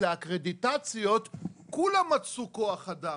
לאקרדיטציות כולם מצאו כוח אדם.